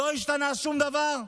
לא השתנה שום דבר?